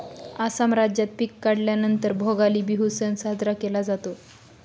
आसाम राज्यात पिक काढल्या नंतर भोगाली बिहू सण साजरा केला जातो